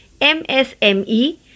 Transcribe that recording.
MSME